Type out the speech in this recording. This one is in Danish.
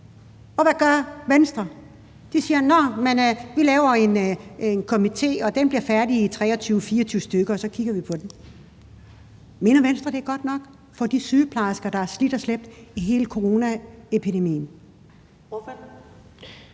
Men hvad gør Venstre? De siger: Nå, men vi laver en komité, og den bliver færdig i 2023 eller 2024 eller deromkring, og så kigger vi på det. Mener Venstre, det er godt nok for de sygeplejersker, der har slidt og slæbt under hele coronaepidemien?